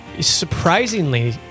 surprisingly